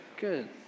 Good